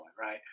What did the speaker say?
right